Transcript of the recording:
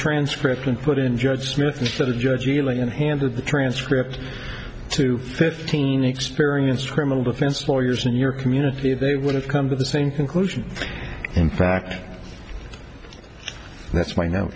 transcript and put in judge smith and so the judge milian handed the transcript to fifteen experienced criminal defense lawyers in your community they would have come to the same conclusion in fact that's